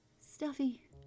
Stuffy